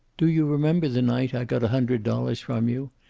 do you remember the night i got a hundred dollars from you?